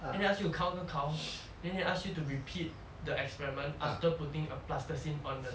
then they ask you to count count count then they ask you to repeat the experiment after putting a plasticine on the